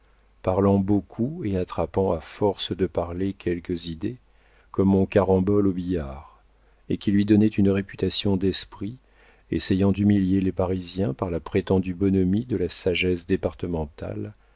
parlant beaucoup et attrapant à force de parler quelques idées comme on carambole au billard et qui lui donnaient une réputation d'esprit essayant d'humilier les parisiens par la prétendue bonhomie de la sagesse départementale